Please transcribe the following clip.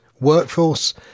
workforce